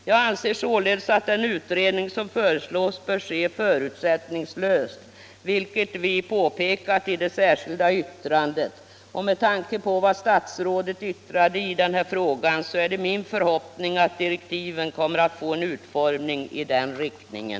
Jag anser således att den utredning som föreslås bör ske förutsättningslöst, såsom vi påpekat i det särskilda yttrandet. Med tanke på vad statsrådet yttrat i frågan är det också min förhoppning att direktiven kommer att gå i den riktningen.